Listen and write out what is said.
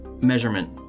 Measurement